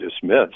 dismissed